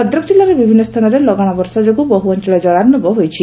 ଭଦ୍ରକ ଜିଲ୍ଲାର ବିଭିନ୍ନ ସ୍ଥାନରେ ଲଗାଶ ବର୍ଷା ଯୋଗୁଁ ବହୁ ଅଞଳ ଜଳାର୍ଷ୍ଡବ ହୋଇଛି